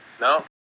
no